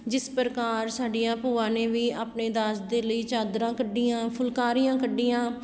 ਜਿਸ ਪ੍ਰਕਾਰ ਸਾਡੀਆਂ ਭੂਆ ਨੇ ਵੀ ਆਪਣੇ ਦਾਜ ਦੇ ਲਈ ਚਾਦਰਾਂ ਕੱਢੀਆਂ ਫੁਲਕਾਰੀਆਂ ਕੱਢੀਆਂ